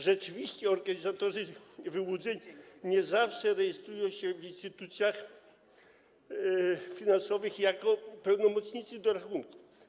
Rzeczywiści organizatorzy wyłudzeń nie zawsze rejestrują się w instytucjach finansowych jako pełnomocnicy do rachunku.